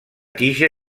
tija